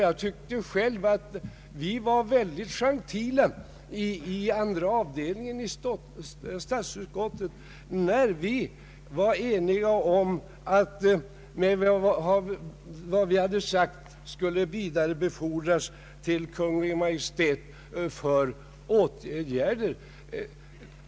Jag tyckte själv att vi var mycket gentila inom andra avdelningen i statsutskottet när vi var eniga om att vad utskottet skrivit skulle vidarebefordras till Kungl. Maj:t för åtgärder.